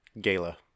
Gala